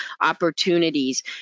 opportunities